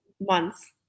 months